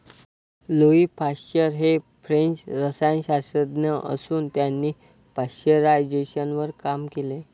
Louis Pasteur हे French रसायनशास्त्रज्ञ असून त्यांनी पाश्चरायझेशनवर काम केले